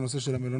בתי המלון.